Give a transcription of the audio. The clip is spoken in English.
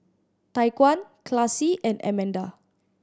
Tyquan Classie and Amanda